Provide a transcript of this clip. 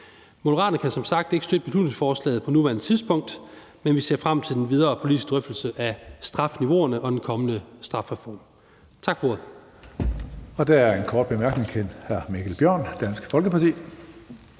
Moderaterne kan som sagt ikke støtte beslutningsforslaget på nuværende tidspunkt, men vi ser frem til den videre politiske drøftelse af strafniveauerne og den kommende strafreform. Tak for ordet.